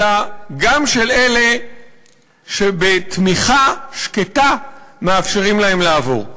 אלא גם של אלה שבתמיכה שקטה מאפשרים להם לעבור.